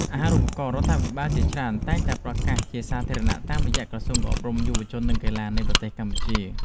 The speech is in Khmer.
អាហារូបករណ៍រដ្ឋាភិបាលជាច្រើនតែងតែប្រកាសជាសាធារណៈតាមរយៈក្រសួងអប់រំយុវជននិងកីឡានៃប្រទេសកម្ពុជា។